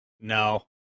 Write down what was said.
no